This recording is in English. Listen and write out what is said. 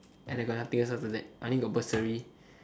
and I got nothing else after that I only get bursary